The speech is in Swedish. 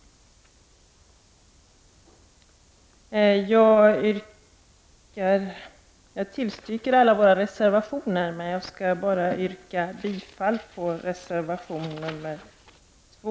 Jag tillstyrker alla våra reservationer men yrkar bifall enbart till reservation 2.